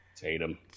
tatum